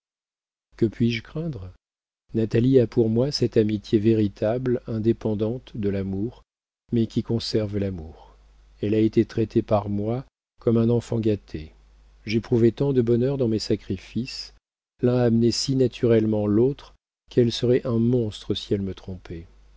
que puis-je craindre natalie a pour moi cette amitié véritable indépendante de l'amour mais qui conserve l'amour elle a été traitée par moi comme un enfant gâté j'éprouvais tant de bonheur dans mes sacrifices l'un amenait si naturellement l'autre qu'elle serait un monstre si elle me trompait